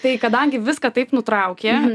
tai kadangi viską taip nutraukė